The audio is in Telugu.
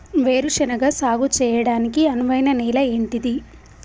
వేరు శనగ సాగు చేయడానికి అనువైన నేల ఏంటిది?